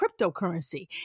cryptocurrency